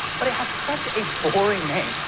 but it has such a boring name.